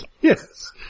Yes